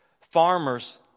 Farmers